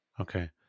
Okay